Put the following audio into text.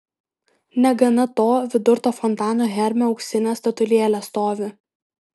negana to vidur to fontano hermio auksinė statulėlė stovi